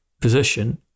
position